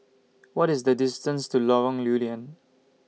What IS The distance to Lorong Lew Lian